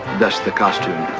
thus the costume.